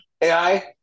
AI